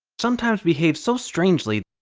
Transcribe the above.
sometimes behave so strangely.